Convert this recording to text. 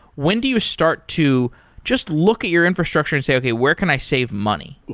when do you start to just look at your infrastructure and say, okay. where can i save money?